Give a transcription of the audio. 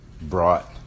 brought